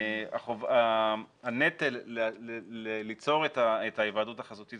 הנטל ליצור את ההיוועדות החזותית,